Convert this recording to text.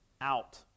out